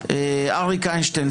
אריק איינשטיין,